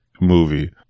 movie